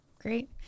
Great